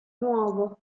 nuovo